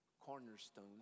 cornerstone